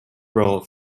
role